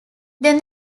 then